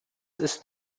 ist